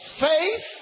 faith